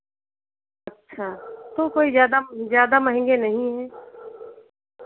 अच्छा तो कोई ज़्यादा ज़्यादा महंगे नहीं हैं